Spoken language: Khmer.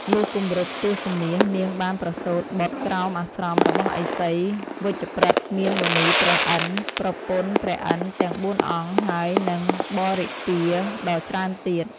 លុះគម្រប់ទសមាសនាងបានប្រសូត្របុត្រក្រោមអាស្រមរបស់ឥសីវជ្ជប្រិត មានមុនីព្រះឥន្ទ្រ ប្រពន្ធព្រះឥន្ទ្រទាំងបួនអង្គ ហើយនិងបរិពារដ៏ច្រើនទៀត។